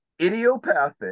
idiopathic